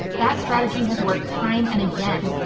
that strategy has worked time and again,